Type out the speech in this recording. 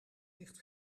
licht